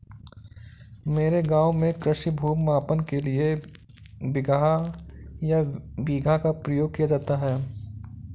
मेरे गांव में कृषि भूमि मापन के लिए बिगहा या बीघा का प्रयोग किया जाता है